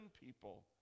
people